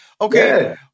okay